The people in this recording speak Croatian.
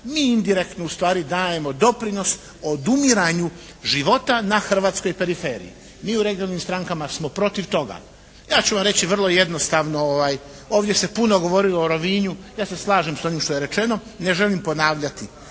mi indirektno ustvari dajemo doprinos odumiranju života na hrvatskoj periferiji. Mi u Regionalnim strankama smo protiv toga. Ja ću vam reći jednu vrlo jednostavno, ovdje se puno govorilo o Rovinju. Ja se slažem s onim što je rečeno. Ne želim ponavljati